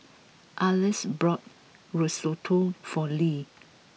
Arlis bought Risotto for Lea